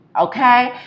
Okay